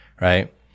right